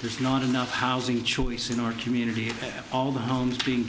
there's not enough housing choice in our community all the homes being